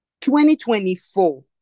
2024